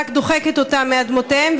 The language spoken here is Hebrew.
רק דוחקת אותם מאדמותיהם,